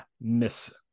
Miss